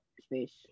space